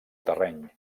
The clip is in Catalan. terreny